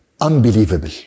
unbelievable